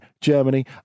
Germany